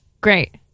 Great